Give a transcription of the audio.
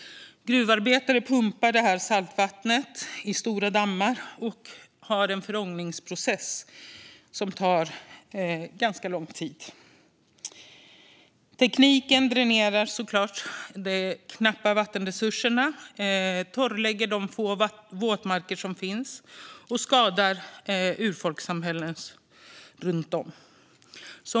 Gruvarbetare pumpar saltvatten in i stora dammar. Där sker en förångningsprocess som tar ganska lång tid. Tekniken dränerar såklart de knappa vattenresurserna, torrlägger de få våtmarker som finns och skadar urfolkssamhällen runt om.